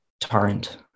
torrent